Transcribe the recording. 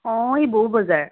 অ' এই বৌ বজাৰ